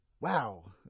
Wow